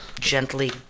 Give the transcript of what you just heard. gently